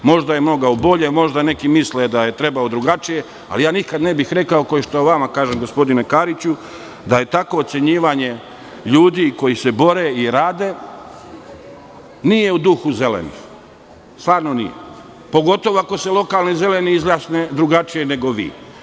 Možda je mogao bolje, možda neki misle da je trebao drugačije, ali ja nikad ne bih rekao, kao i što vama kažem, gospodine Kariću, da takvo ocenjivanje ljudi koji se bore i rade nije u duhu Zelenih, pogotovo ako se lokalni Zeleni izjasne drugačije nego vi.